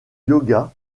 yoga